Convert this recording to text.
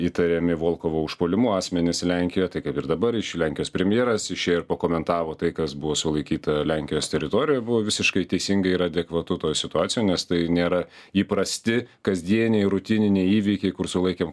įtariami volkovo užpuolimu asmenys lenkijoj tai kaip ir dabar iš lenkijos premjeras išėjo ir pakomentavo tai kas buvo sulaikyta lenkijos teritorijoj buvo visiškai teisinga ir adekvatu toj situacijoj nes tai nėra įprasti kasdieniai rutininiai įvykiai kur sulaikėm